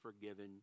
forgiven